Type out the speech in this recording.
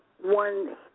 one